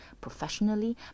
professionally